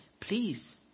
please